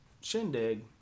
shindig